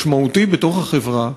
משמעותי בתוך החברה,